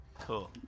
Cool